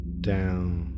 Down